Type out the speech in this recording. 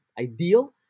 ideal